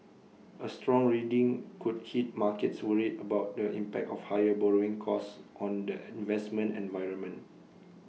A strong reading could hit markets worried about the impact of higher borrowing costs on the investment environment